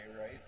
right